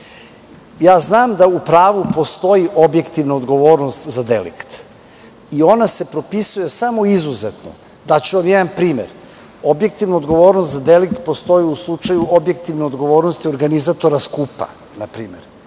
itd. Znam da u pravu postoji objektivna odgovornost za delikt i ona se propisuje samo izuzetno. Daću vam jedan primer. Objektivna odgovornost za delikt postoji u slučaju objektivne odgovornosti organizatora skupa, na primer.